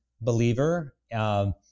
believer